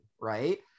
right